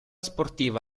sportiva